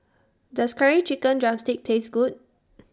Does Curry Chicken Drumstick Taste Good